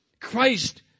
Christ